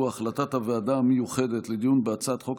והוא החלטת הוועדה המיוחדת לדיון בהצעת חוק